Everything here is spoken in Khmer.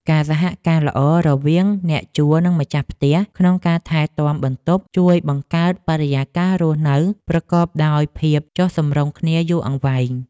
ការសហការល្អរវាងអ្នកជួលនិងម្ចាស់ផ្ទះក្នុងការថែទាំបន្ទប់ជួយបង្កើតបរិយាកាសរស់នៅប្រកបដោយភាពចុះសម្រុងគ្នាយូរអង្វែង។